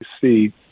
see